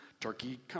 Turkey